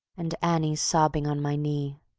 and annie's sobbing on my knee!